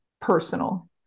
personal